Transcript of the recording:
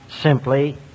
simply